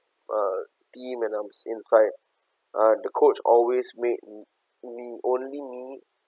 uh team and I'm inside uh the coach always made me only me